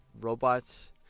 robots